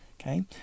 Okay